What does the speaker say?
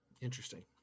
Interesting